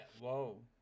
whoa